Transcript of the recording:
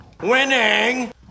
winning